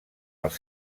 als